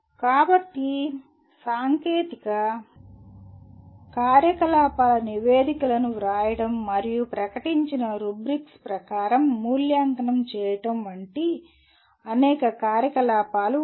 కాబట్టి సాంకేతిక కార్యకలాపాల నివేదికలను వ్రాయడం మరియు ప్రకటించిన రుబ్రిక్స్ ప్రకారం మూల్యాంకనం చేయడం వంటి అనేక కార్యకలాపాలు ఉన్నాయి